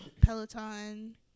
Peloton